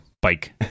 bike